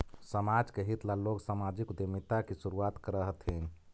समाज के हित ला लोग सामाजिक उद्यमिता की शुरुआत करअ हथीन